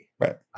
Right